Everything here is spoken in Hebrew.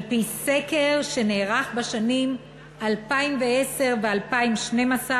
על-פי סקר שנערך בשנים 2010 2012,